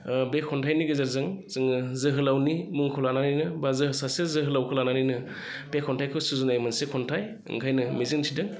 बे खन्थाइनि गेजेरजों जोङो जोहोलावनि मुंखौ लानानैनो बा जों सासे जोहोलावखौ लानानैनो बे खन्थाइखो सुजुनाय मोनसे खन्थाइ ओंखायनो मिजिंथिदों